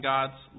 God's